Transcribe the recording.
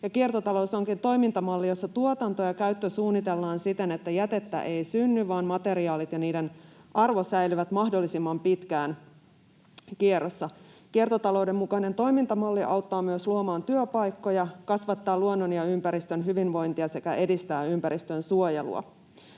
Kiertotalous onkin toimintamalli, jossa tuotanto ja käyttö suunnitellaan siten, että jätettä ei synny vaan materiaalit ja niiden arvo säilyvät mahdollisimman pitkään kierrossa. Kiertotalouden mukainen toimintamalli auttaa myös luomaan työpaikkoja, kasvattaa luonnon ja ympäristön hyvinvointia sekä edistää ympäristönsuojelua.